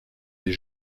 des